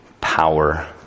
power